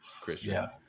Christian